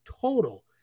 total